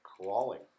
crawling